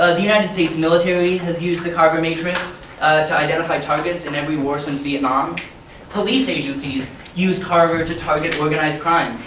ah the united states military has used the carver matrix to identify targets in every war since vietnam police agencies use carver to target organized crime.